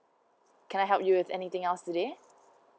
can I help you with anything else today